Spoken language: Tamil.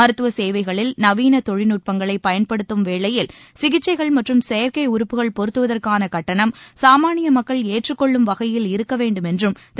மருத்துவசேவைகளில் நவீனதொழில்நட்பங்களைப் பயன்படுத்தும் வேளையில் சிகிச்சைகள் மற்றும் செயற்கை உறுப்புகள் பொறுத்துவதற்கானகட்டணம் சாமானியமக்கள் ஏற்றுக்கொள்ளும் வகையில் இருக்கவேண்டுமென்றும் திரு